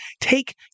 take